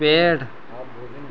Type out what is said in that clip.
पेड़